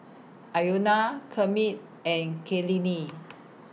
Kermit and Kaylene